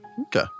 Okay